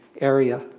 area